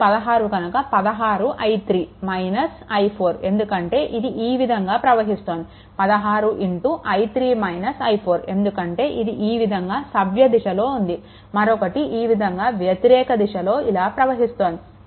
ఇది 16 కనుక 16i3 - i4 ఎందుకంటే అది ఈ విధంగా ప్రవహిస్తోంది 16i3 - i4 ఎందుకంటే ఇది ఈ విధంగా సవ్య దిశలో ఉంది మరొకటి ఈ విధంగా వ్యతిరేక దిశలో ఇలా ప్రవహిస్తోంది